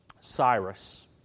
Cyrus